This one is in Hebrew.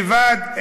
לבד,